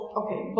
okay